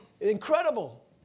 Incredible